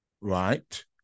right